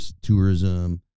tourism